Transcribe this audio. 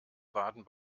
baden